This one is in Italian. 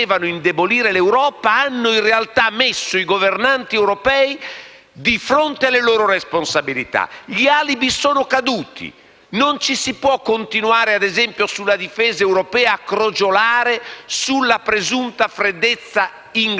di fronte alle loro responsabilità: gli alibi sono caduti. Non ci si può continuare a crogiolare, ad esempio sulla difesa europea, sulla presunta freddezza inglese perché oggi l'uscita del Regno Unito dall'Unione europea